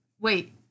wait